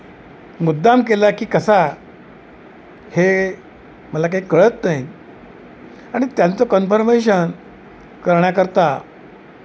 मुद्दाम केला की कसा हे मला काही कळत नाही आणि त्यांचं कन्फर्मेशन करण्याकरता